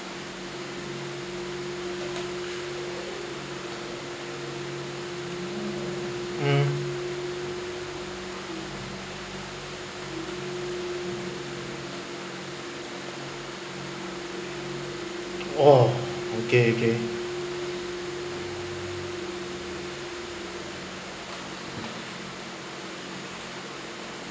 mm oh okay okay